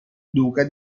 duca